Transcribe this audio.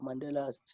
Mandela